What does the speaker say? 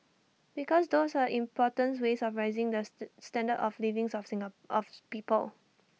because those are importance ways of rising those the standard of livings of people